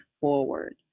forward